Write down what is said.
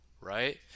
right